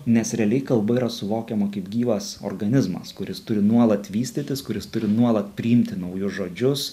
nes realiai kalba yra suvokiama kaip gyvas organizmas kuris turi nuolat vystytis kuris turi nuolat priimti naujus žodžius